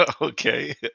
Okay